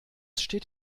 steht